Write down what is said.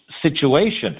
Situation